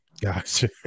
Gotcha